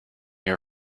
your